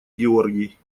георгий